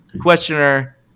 Questioner